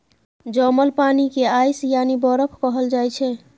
जमल पानि केँ आइस यानी बरफ कहल जाइ छै